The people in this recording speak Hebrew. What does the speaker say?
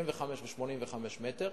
75 ו-85 מטרים.